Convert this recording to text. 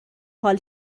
حال